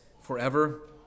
forever